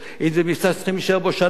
אם זה מבצע שצריכים להישאר בו שנה,